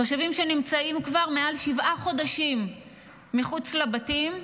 תושבים נמצאים כבר מעל שבעה חודשים מחוץ לבתים,